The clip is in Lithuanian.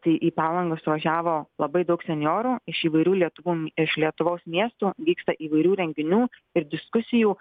tai į palangą suvažiavo labai daug senjorų iš įvairių lietuvų iš lietuvos miestų vyksta įvairių renginių ir diskusijų